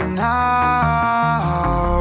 now